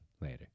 Later